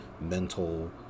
mental